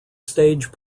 stage